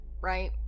right